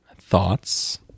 Thoughts